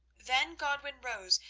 then godwin rose,